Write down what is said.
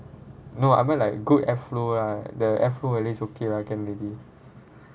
no I mean like good airflow lah the airflow at least okay lah can already